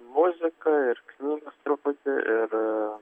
muzika ir knygos truputį ir